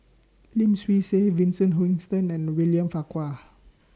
Lim Swee Say Vincent Hoisington and William Farquhar